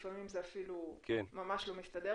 לפעמים זה אפילו ממש להיפך,